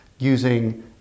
using